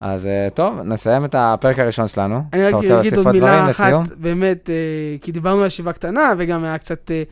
אז טוב, נסיים את הפרק הראשון שלנו. אני רק רוצה להוסיף עוד מילה אחת, באמת, כי דיברנו על ישיבה הקטנה וגם היה קצת...